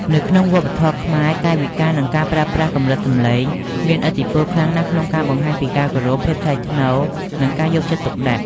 នៅក្នុងវប្បធម៌ខ្មែរ កាយវិការ និងការប្រើប្រាស់កម្រិតសំឡេងមានឥទ្ធិពលខ្លាំងណាស់ក្នុងការបង្ហាញពីការគោរព ភាពថ្លៃថ្នូរ និងការយកចិត្តទុកដាក់។